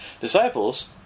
disciples